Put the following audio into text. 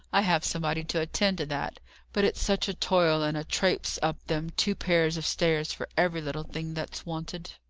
i have somebody to attend to that but it's such a toil and a trapes up them two pair of stairs for every little thing that's wanted.